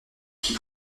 qui